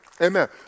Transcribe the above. Amen